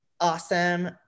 awesome